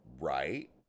Right